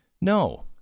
No